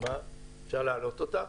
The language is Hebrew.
אפשר להעלות אותה?